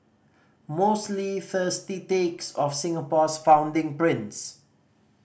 mostly thirsty takes of Singapore's founding prince